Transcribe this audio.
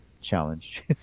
challenge